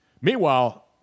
Meanwhile